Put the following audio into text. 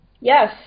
Yes